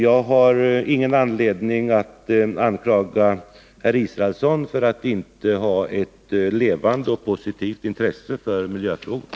Jag har ingen anledning att anklaga Per Israelsson för att inte ha ett levande och positivt intresse för miljöfrågorna.